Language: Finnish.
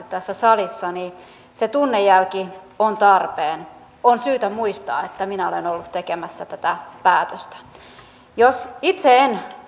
tässä salissa se tunnejälki on tarpeen on syytä muistaa että on ollut tekemässä tätä päätöstä itse en